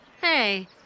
Hey